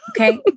Okay